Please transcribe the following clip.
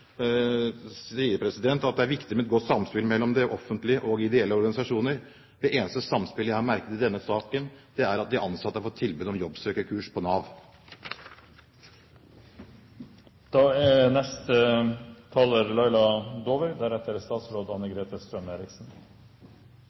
at det er viktig med et godt samspill mellom det offentlige og ideelle organisasjoner. Det eneste samspillet jeg har merket i denne saken, er at de ansatte har fått tilbud om jobbsøkerkurs på Nav.